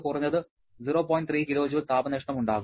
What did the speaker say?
3 kJ താപനഷ്ടം ഉണ്ടാകും